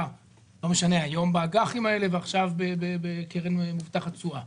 היום באג"חים ומעכשיו יהיה מושקע בקרן מובטחת תשואה.